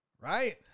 Right